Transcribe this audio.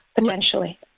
potentially